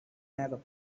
arab